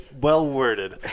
well-worded